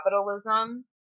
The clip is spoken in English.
capitalism